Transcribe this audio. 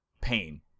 pain